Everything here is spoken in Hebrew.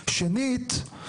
שנית,